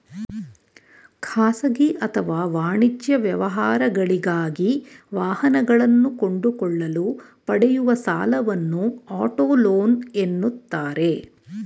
ಖಾಸಗಿ ಅಥವಾ ವಾಣಿಜ್ಯ ವ್ಯವಹಾರಗಳಿಗಾಗಿ ವಾಹನಗಳನ್ನು ಕೊಂಡುಕೊಳ್ಳಲು ಪಡೆಯುವ ಸಾಲವನ್ನು ಆಟೋ ಲೋನ್ ಎನ್ನುತ್ತಾರೆ